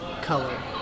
color